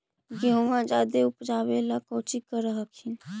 गेहुमा जायदे उपजाबे ला कौची कर हखिन?